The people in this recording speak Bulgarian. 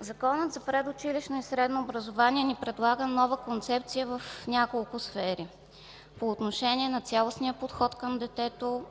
Законът за предучилищно и средно образование ни предлага нова концепция в няколко сфери – по отношение на цялостния подход към детето,